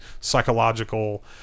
psychological